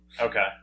Okay